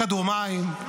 כדורמים.